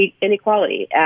inequality